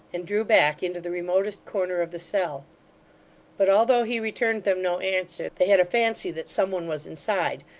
and drew back into the remotest corner of the cell but although he returned them no answer, they had a fancy that some one was inside,